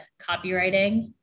copywriting